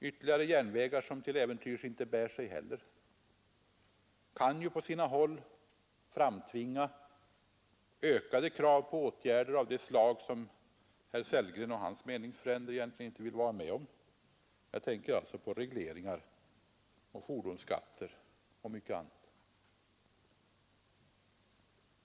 Ytterligare järnvägar som till äventyrs inte heller bär sig kan ju på sina håll framtvinga ökade krav på åtgärder av det slag som herr Sellgren och hans meningsfränder egentligen inte vill vara med om; jag tänker alltså på regleringar, fordonsskatter och mycket annat.